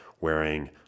wearing